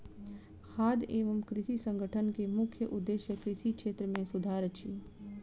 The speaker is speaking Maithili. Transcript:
खाद्य एवं कृषि संगठन के मुख्य उदेश्य कृषि क्षेत्र मे सुधार अछि